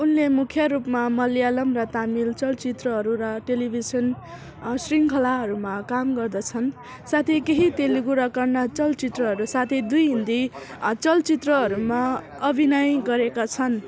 उनले मुख्य रूपमा मलयालम र तामिल चलचित्रहरू र टेलिभिजन शृङ्खलाहरूमा काम गर्दछन् साथै केही तेलुगु र कन्नड चलचित्रहरू साथै दुई हिन्दी चलचित्रहरूमा अभिनय गरेका छन्